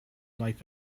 life